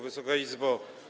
Wysoka Izbo!